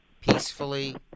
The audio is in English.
Peacefully